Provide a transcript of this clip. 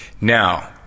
Now